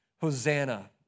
Hosanna